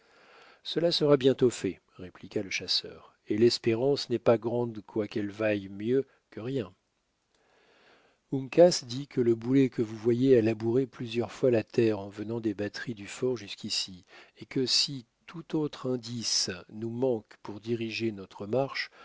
cela sera bientôt fait répliqua le chasseur et l'espérance n'est pas grande quoiqu'elle vaille mieux que rien uncas dit que le boulet que vous voyez a labouré plusieurs fois la terre en venant des batteries du fort jusqu'ici et que si tout autre indice nous manque pour diriger notre marche